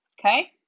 Okay